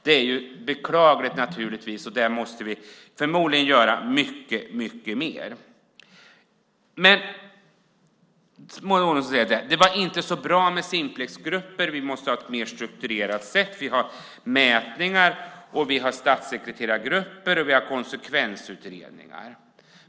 Det är naturligtvis beklagligt, och där måste vi förmodligen göra mycket mer. Maud Olofsson menar att det inte var så bra med Simplexgrupper, vi måste ha ett mer strukturerat sätt, vi har mätningar, statssekreterargrupper och konsekvensutredningar.